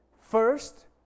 first